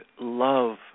love